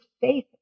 faith